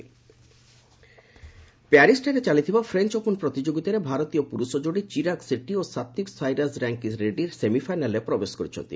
French Open ପ୍ୟାରିଶ୍ଠାରେ ଚାଲିଥିବା French Open ପ୍ରତିଯୋଗିତାରେ ଭାରତୀୟ ପୁରୁଷ ଯୋଡ଼ି ଚିରାଗ୍ ସେଟୀ ଓ ସାତ୍ୱିକ୍ ସାଇରାଜ୍ ରାଙ୍କି ରେଡ୍ରୀ ସେମିଫାଇନାଲ୍ରେ ପ୍ରବେଶ କରିଛନ୍ତି